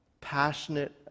passionate